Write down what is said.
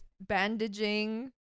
bandaging